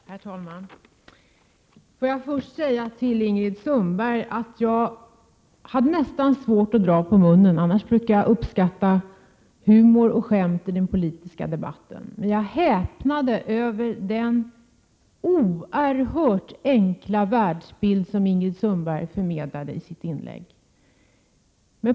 Herr talman! Får jag först säga till Ingrid Sundberg att jag nästan hade 20 maj 1988 svårt att dra på munnen när hon talade — annars brukar jag uppskatta humor 7 och skämt i den politiska debatten. Men jag häpnade över den oerhört enkla världsbild som Ingrid Sundberg förmedlade i sitt inlägg.